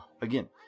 Again